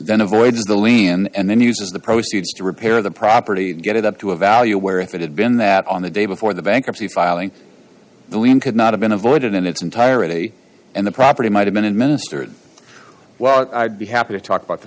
then avoids the lien and then uses the proceeds to repair the property to get it up to a value where if it had been that on the day before the bankruptcy filing the lien could not have been avoided in its entirety and the property might have been administered well i'd be happy to talk about the